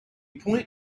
point